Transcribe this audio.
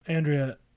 Andrea